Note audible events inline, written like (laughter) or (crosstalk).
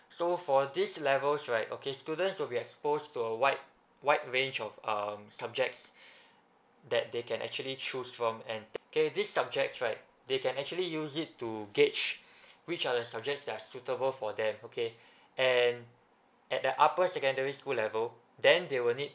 so for this levels right okay students will be exposed to a wide wide range of um subjects (breath) that they can actually choose from and K these subjects right they can actually use it to gauge (breath) which are the subjects that are suitable for them okay and at the upper secondary school level then they will need